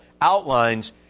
outlines